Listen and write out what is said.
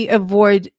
avoid